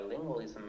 bilingualism